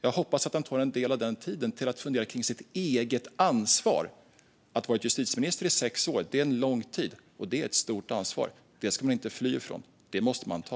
Jag hoppas också att han tar en del av den tiden till att fundera kring sitt eget ansvar. Sex år är en lång tid att ha varit justitieminister, och det är ett stort ansvar - det ska man inte fly ifrån, utan det måste man ta.